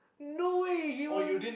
no way he was